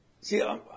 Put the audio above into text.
see